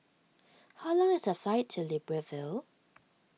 how long is the flight to Libreville